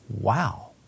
wow